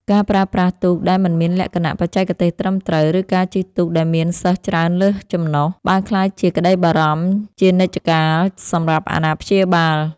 ការប្រើប្រាស់ទូកដែលមិនមានលក្ខណៈបច្ចេកទេសត្រឹមត្រូវ ឬការជិះទូកដែលមានសិស្សច្រើនលើសចំណុះ បានក្លាយជាក្តីបារម្ភជានិច្ចកាលសម្រាប់អាណាព្យាបាល។